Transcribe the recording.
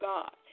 God